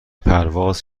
پرواز